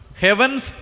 heavens